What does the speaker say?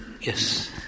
Yes